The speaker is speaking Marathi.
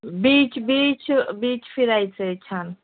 बीच बीच बीच फिरायचं आहे छान